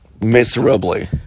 miserably